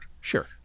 sure